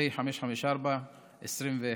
פ/554/21.